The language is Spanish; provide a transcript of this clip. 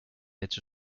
hecho